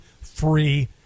free